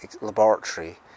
laboratory